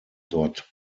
dort